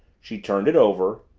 she turned it over,